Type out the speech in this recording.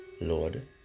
Lord